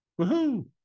woohoo